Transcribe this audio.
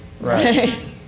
Right